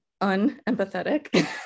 unempathetic